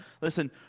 Listen